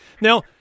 Now